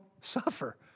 suffer